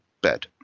bed